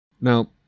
Now